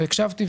והקשבתי,